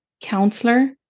counselor